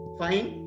fine